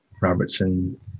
Robertson